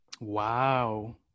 Wow